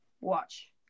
Watch